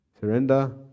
surrender